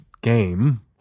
game